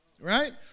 right